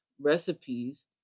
recipes